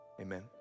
Amen